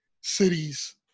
cities